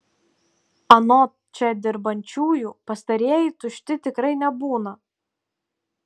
anot čia dirbančiųjų pastarieji tušti tikrai nebūna